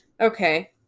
Okay